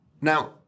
Now